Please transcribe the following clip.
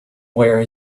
where